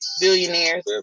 billionaires